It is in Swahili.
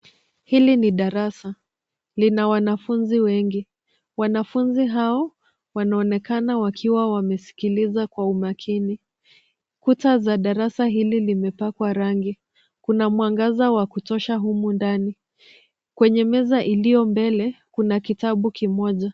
Hili ni darasa. Lina wanafunzi wengi. Wanafunzi hao wanaonekana wakiwa wamesikiliza kwa umakini. Kuta za darasa hili limepakwa rangi. Kuna mwangaza wa kutosha humu ndani. Kwenye meza iliyo mbele kuna kitabu kimoja.